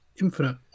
infinite